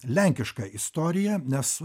lenkiška istorija nes